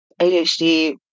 ADHD